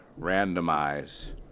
randomize